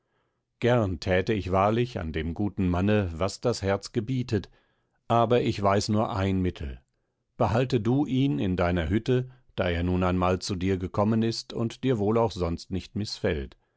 gern thäte ich wahrlich an dem guten manne was das herz gebietet aber ich weiß nur ein mittel behalte du ihn in deiner hütte da er nun einmal zu dir gekommen ist und dir wohl auch sonst nicht mißfällt